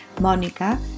Monica